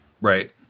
Right